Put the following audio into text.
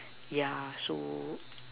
yeah so